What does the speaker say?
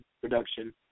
production